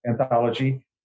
anthology